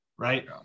Right